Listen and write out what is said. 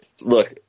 Look